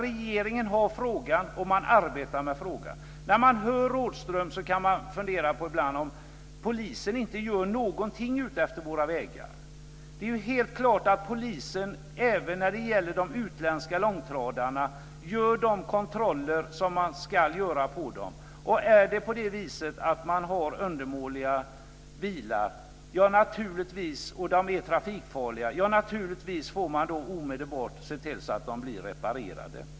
Regeringen har frågan och arbetar med frågan. När man hör Rådhström kan man ibland fundera på om polisen inte gör någonting utefter våra vägar. Det här helt klart att polisen även när det gäller utländska långtradare gör de kontroller som polisen ska göra. Har man undermåliga bilar och de är trafikfarliga får man naturligtvis omedelbart se till att de blir reparerade.